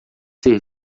ser